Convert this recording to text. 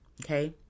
Okay